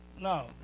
No